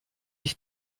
ich